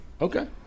Okay